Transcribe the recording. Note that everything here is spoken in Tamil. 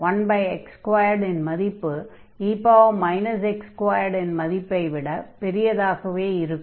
1x2 இன் மதிப்பு e x2 இன் மதிப்பை விட பெரியதாகவே இருக்கும்